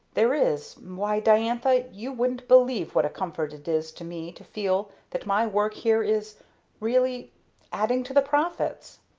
there is why diantha, you wouldn't believe what a comfort it is to me to feel that my work here is really adding to the profits!